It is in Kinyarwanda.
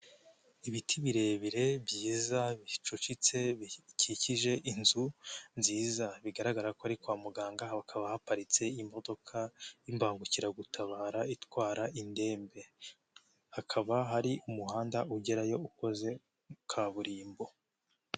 Ibiti birebire byiza bicucitse bikikije inzu nziza bigaragara ko ari kwa muganga, hakaba haparitse imodoka y'imbangukiragutabara itwara indembe, hakaba hari umuhanda ugerayo ukoze kaburimbo.